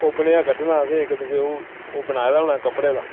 संतोलिये दा बी एह् करना कि कुब्ब जेहा बनाए दा होने असें कपडे दा